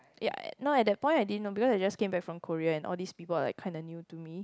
ya ya no at that point I didn't know because I just came back from Korean all this people are like kinda new to me